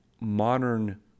modern